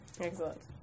Excellent